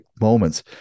moments